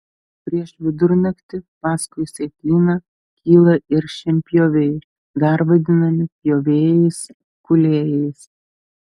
prieš vidurnaktį paskui sietyną kyla ir šienpjoviai dar vadinami pjovėjais kūlėjais